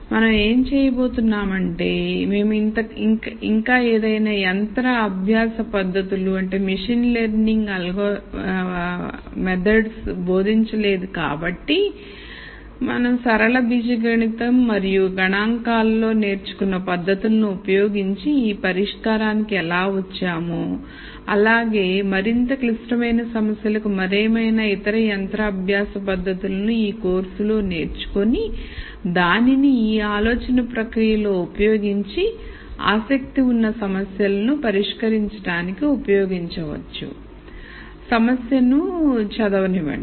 మనం ఏమి చేయబోతున్నాం అంటే మేము ఇంకా ఏదైనా యంత్ర అభ్యాస పద్ధతులు బోధించలేదు కాబట్టి మనం సరళ బీజగణితం మరియు గణాంకాలలో నేర్చుకున్న పద్ధతులను ఉపయోగించి ఈ పరిష్కారానికి ఎలా వచ్చామొ అలాగే మరింత క్లిష్టమైన సమస్యలకు మరేమైనా ఇతర యంత్ర అభ్యాస పద్ధతులను ఈ కోర్సులో నేర్చుకునిదానిని ఈ ఆలోచన ప్రక్రియలో ఉపయోగించి ఆసక్తి ఉన్న సమస్యల ను పరిష్కరించడానికి ఉపయోగించవచ్చు సమస్యను చదవనివ్వండి